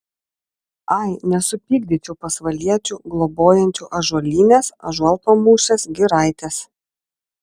ai nesupykdyčiau pasvaliečių globojančių ąžuolynės ąžuolpamūšės giraitės